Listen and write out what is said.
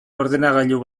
ordenagailu